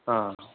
ಹಾಂ